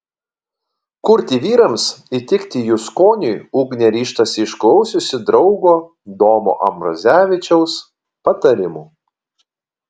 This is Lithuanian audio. kurti vyrams įtikti jų skoniui ugnė ryžtasi išklausiusi draugo domo ambrazevičiaus patarimų